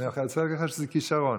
אני רוצה לומר לך שזה כישרון.